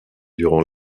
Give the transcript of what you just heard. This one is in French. durant